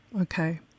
Okay